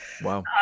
Wow